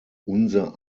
unser